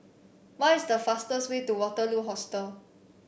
what is the fastest way to Waterloo Hostel